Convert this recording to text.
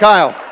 Kyle